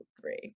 three